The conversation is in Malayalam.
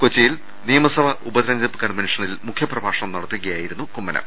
കൊച്ചിയിൽ നിയമസഭാ ഉപതെരഞ്ഞെടുപ്പ് കൺവെൻഷനിൽ മുഖ്യപ്രഭാഷണം നടത്തു കയായിരുന്നു കുമ്മനം